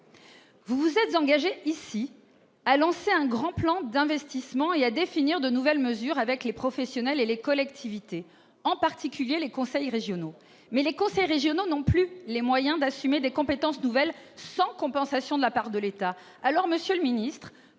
Vous vous êtes engagé ici à lancer un grand plan d'investissement et à définir de nouvelles mesures avec les professionnels et les collectivités, en particulier les conseils régionaux. Mais ces derniers n'ont plus les moyens d'assumer des compétences nouvelles sans compensation de la part de l'État ! Alors, monsieur le ministre,